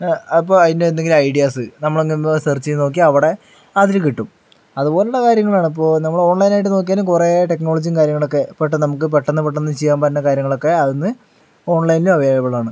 അപ്പോൾ അതിൻറ്റെ എന്തെങ്കിലും ഐഡിയാസ് നമ്മളൊന്നങ് സെർച്ച് ചെയ്ത് നോക്കിയാൽ അവിടെ അതില് കിട്ടും അതുപോലുള്ള കാര്യങ്ങളാണ് ഇപ്പോൾ നമ്മള് ഓൺലൈനായിട്ട് നോക്കിയാലും കുറേ ടെക്നോളജീം കാര്യങ്ങളൊക്കേ പെട്ടെന്ന് നമുക്ക് പെട്ടെന്ന് പെട്ടെന്ന് ചെയ്യാൻ പറ്റുന്ന കാര്യങ്ങളൊക്കേ അതിൽ നിന്ന് ഓൺലൈനില് അവൈലബിൾ ആണ്